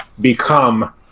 become